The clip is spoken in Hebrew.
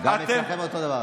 גם אצלכם אותו דבר.